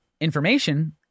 information